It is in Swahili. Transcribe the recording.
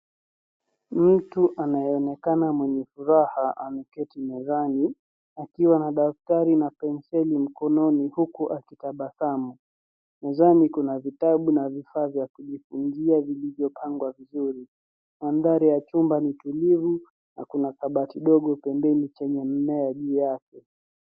Mtu anayeonekana mwenye furaha ameketi mezani akiwa na daftari na penseli mkononi huku akitabasamu. Mezani kuna vitabu na vifaa vya kujifunzia vilivyopangwa vizuri. Mandhari ya chumba ni tulivu na kuna kabati ndogo pembeni chenye mimea juu yake.